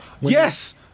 Yes